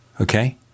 okay